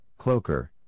cloaker